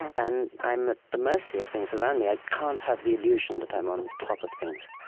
and i'm at the mercy of things around me. i can't have the illusion that i'm on top of things.